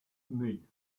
knee